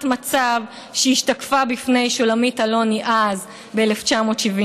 מצב שהשתקפה בפני שולמית אלוני אז ב-1974.